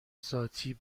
ذاتی